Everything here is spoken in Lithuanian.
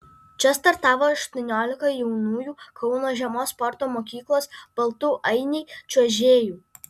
čia startavo aštuoniolika jaunųjų kauno žiemos sporto mokyklos baltų ainiai čiuožėjų